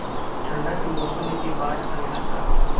ठंडा के मौसम में भी बाढ़ आवेला का?